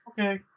Okay